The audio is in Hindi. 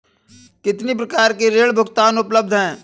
कितनी प्रकार के ऋण भुगतान उपलब्ध हैं?